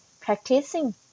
practicing